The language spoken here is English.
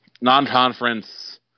Non-conference